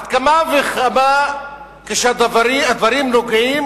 על אחת כמה וכמה כשהדברים נוגעים